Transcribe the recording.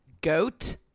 Goat